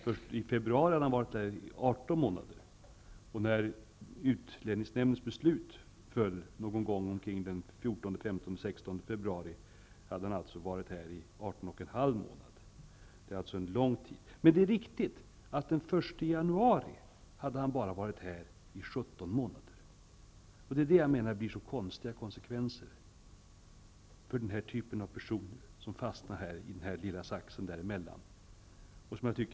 Först i februari hade han varit här i 18 14, 15 eller 16 februari hade han varit här i 18,5 månader. Det rör sig alltså om en lång tid. Det är riktigt att den här mannen den 1 januari hade varit här i bara 17 månader. Men jag menar att det här får så konstiga konsekvenser för denna typ av personer som fastnar i en sådan här sax.